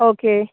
okay